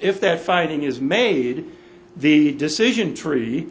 if that fighting is made the decision tree